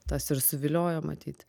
tas ir suviliojo matyt